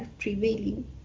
prevailing